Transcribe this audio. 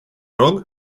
rog